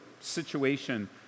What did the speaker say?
situation